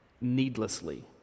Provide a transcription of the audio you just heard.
needlessly